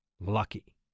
lucky